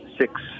six